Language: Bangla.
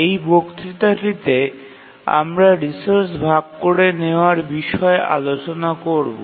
এই বক্তৃতাটিতে আমরা রিসোর্স ভাগ করে নেওয়ার বিষয়ে আলোচনা করব